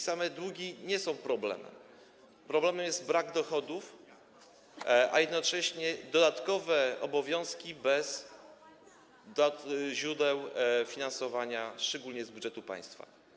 Same długi nie są problemem, problemem jest brak dochodów, a jednocześnie dodatkowe obowiązki bez źródeł finansowania, szczególnie z budżetu państwa.